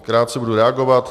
Krátce budu reagovat.